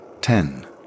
Ten